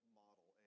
model